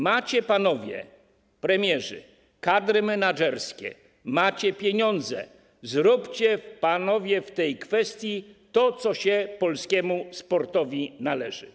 Macie, panowie premierzy, kadry menadżerskie, macie pieniądze, zróbcie panowie w tej kwestii to, co się polskiemu sportowi należy.